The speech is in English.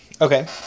Okay